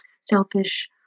selfish